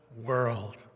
world